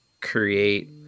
create